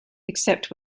except